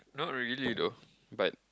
not really though but